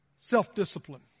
Self-discipline